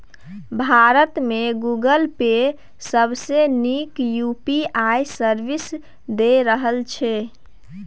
भारत मे Google Pay सबसँ नीक यु.पी.आइ सर्विस दए रहल छै